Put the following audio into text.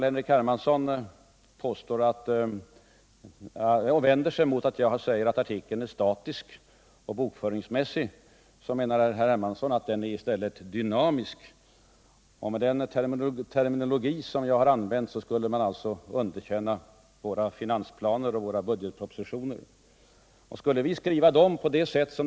Herr Hermansson vänder sig mot att jag säger att artikeln är statisk och bokföringsmässig och menar att den i stället är dynamisk — med den terminologi som jag har använt skulle man också underkänna våra finansplaner och våra budgetpropositioner, säger herr Hermansson.